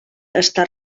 està